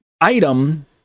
item